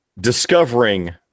discovering